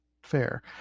fair